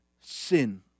sin